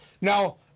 Now